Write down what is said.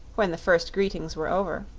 when the first greetings were over.